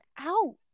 out